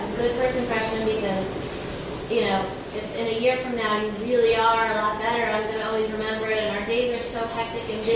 good first impression because you know if in a year from now, you really are a lot better i'm gonna always remember it and our days are so hectic and